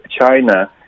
China